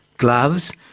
gloves,